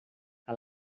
que